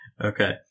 Okay